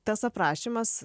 tas aprašymas